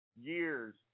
years